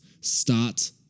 start